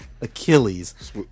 Achilles